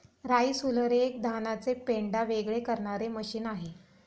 rice huller हे एक धानाचे पेंढा वेगळे करणारे मशीन आहे